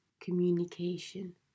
communication